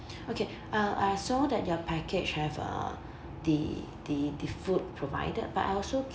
okay uh I saw that your package have uh the the the food provided but I also